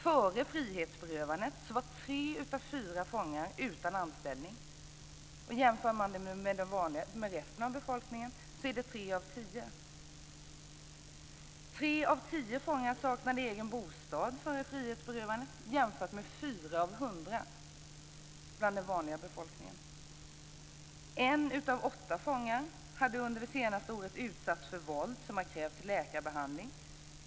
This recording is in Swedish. Före frihetsberövandet var tre av fyra fångar utan anställning. I resten av befolkningen är det tre av tio. Tre av tio fångar saknade egen bostad före frihetsberövandet jämfört med fyra av hundra i den övriga befolkningen. En av åtta fångar hade under det senaste året utsatts för våld som har krävt läkarbehandling.